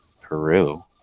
peru